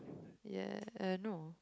ya no